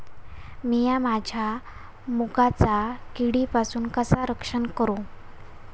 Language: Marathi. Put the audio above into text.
मीया माझ्या मुगाचा किडीपासून कसा रक्षण करू?